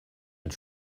mit